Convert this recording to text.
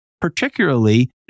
particularly